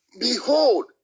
Behold